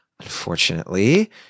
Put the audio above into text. Unfortunately